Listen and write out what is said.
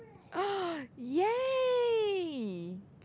!yay!